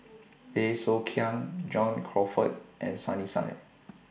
Bey Soo Khiang John Crawfurd and Sunny Sia